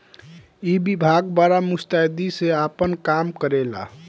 ई विभाग बड़ा मुस्तैदी से आपन काम करेला